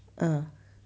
uh